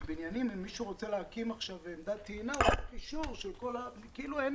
בבניינים אם מישהו רוצה להקים עכשיו עמדת טעינה הוא צריך אישור כאילו אין